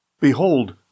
Behold